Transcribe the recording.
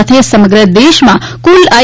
સાથે સમગ્ર દેશના કુલ આઈ